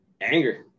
Anger